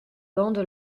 bande